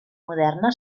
moderna